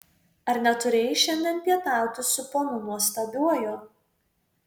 ar neturėjai šiandien pietauti su ponu nuostabiuoju